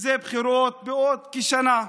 זה בחירות בעוד כשנה.